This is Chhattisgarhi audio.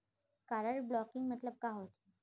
कारड ब्लॉकिंग मतलब का होथे?